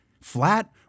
Flat